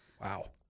wow